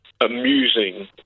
amusing